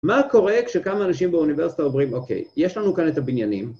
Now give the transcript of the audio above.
מה קורה כשכמה אנשים באוניברסיטה אומרים, אוקיי, יש לנו כאן את הבניינים,